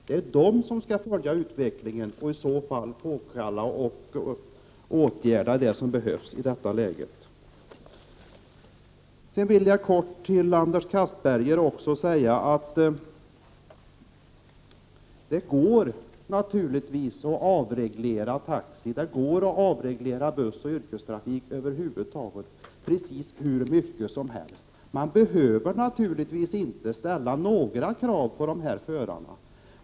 Det är dessa organ som skall följa utvecklingen och om nödvändigt påtala brister och åtgärda det som i detta läge behöver åtgärdas. Det går naturligtvis, Anders Castberger, att avreglera taxiverksamheten, det går att avreglera bussoch yrkestrafik över huvud taget, precis hur mycket som helst. Man behöver givetvis inte ställa några krav på dessa förare.